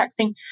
texting